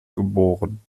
geboren